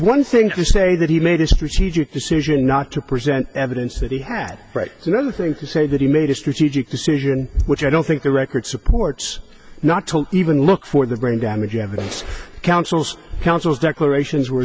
one thing to say that he made a strategic decision not to present evidence that he had right another thing to say that he made a strategic decision which i don't think the record supports not told even look for the brain damage evidence counsels counsels declarations were